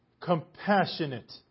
compassionate